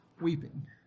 weeping